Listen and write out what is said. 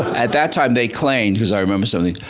at that time they claimed, because i remember something,